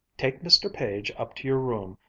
take mr. page up to your room,